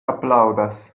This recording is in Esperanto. aplaŭdas